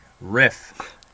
riff